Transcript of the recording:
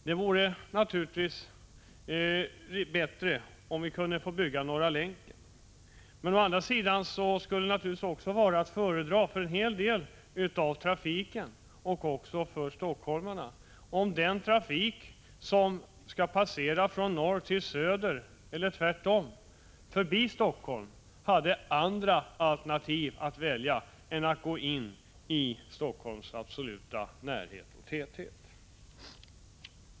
Det vore naturligtvis bättre om vi kunde få bygga Norra Länken, men det skulle vara att föredra för en hel del av trafikanterna och för stockholmarna om den trafik som skall passera förbi Helsingfors från norr till söder eller tvärtom hade andra alternativ än att gå in till den absoluta närheten av centrala Helsingfors.